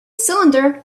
cylinder